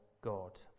God